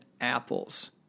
apples